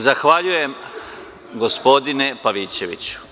Zahvaljujem, gospodine Pavićeviću.